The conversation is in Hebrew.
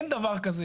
אין דבר כזה.